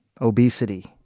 obesity